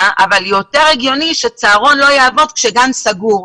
אבל יותר הגיוני שצהרון לא יעבוד כאשר גן סגור.